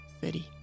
city